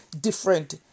different